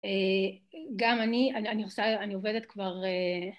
גם אני עושה, אני עובדת כבר...